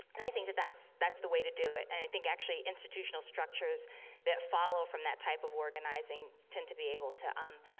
and i think that that's that's the the way to do it and i think actually institutional structures that follow from that type of organizing, tend to be able to, um,